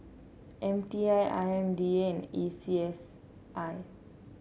M T I I M D A and A C S I